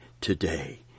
today